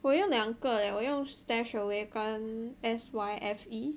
我用两个 leh 我用 StashAway 跟 Syfe